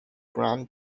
grand